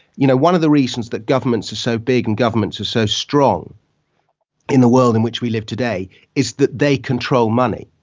you know, one of the reasons that governments are so big and governments are so strong in the world in which we live today is that they control money.